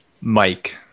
Mike